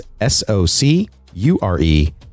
S-O-C-U-R-E